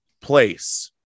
place